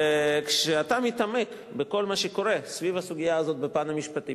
כשאתה מתעמק בכל מה שקורה סביב הסוגיה הזאת בפן המשפטי,